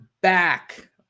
back